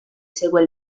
segue